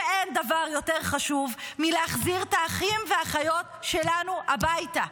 שאין דבר יותר חשוב מלהחזיר את האחים והאחיות שלנו הביתה.